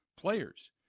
players